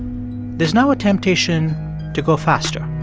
there's now a temptation to go faster.